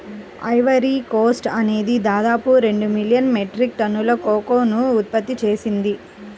Ivory Coast అనేది దాదాపు రెండు మిలియన్ మెట్రిక్ టన్నుల కోకోను ఉత్పత్తి చేసింది